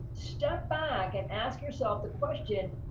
step back and ask yourself the question,